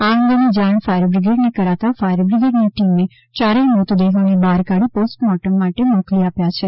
આ અંગેની જાણ ફાયરબિગ્રેડને કરાતા ફાયરબિગ્રેડની ટીમે ચારેય મૃતદેહો બહાર કાઢી પોસ્ટમોર્ટમ માટે મોકલી આપ્યા છે